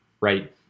right